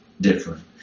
different